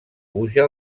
puja